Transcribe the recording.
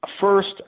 First